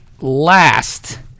last